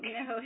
no